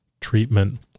treatment